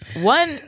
one